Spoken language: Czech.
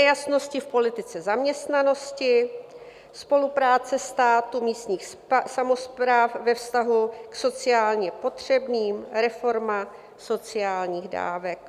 Nejasnosti v politice zaměstnanosti, spolupráce státu, místních samospráv ve vztahu k sociálně potřebným, reforma sociálních dávek.